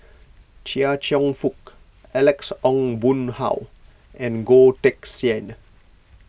Chia Cheong Fook Alex Ong Boon Hau and Goh Teck Sian